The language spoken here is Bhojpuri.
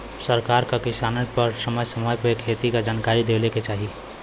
सरकार क किसानन के समय समय पे खेती क जनकारी देवे के चाही